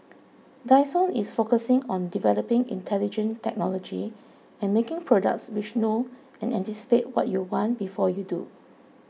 Dyson is focusing on developing intelligent technology and making products which know and anticipate what you want before you do